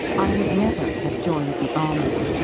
i would never have joined the army.